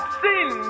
sin